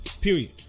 Period